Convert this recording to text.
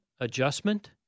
adjustment